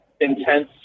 intense